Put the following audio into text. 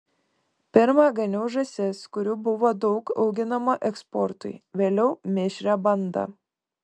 pirma ganiau žąsis kurių buvo daug auginama eksportui vėliau mišrią bandą